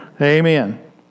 amen